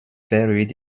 buried